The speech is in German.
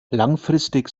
langfristig